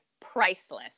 priceless